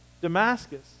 Damascus